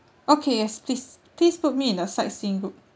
okay yes please please put me in the sightseeing group